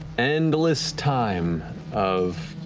endless time of